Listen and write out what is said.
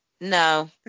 no